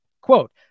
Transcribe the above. quote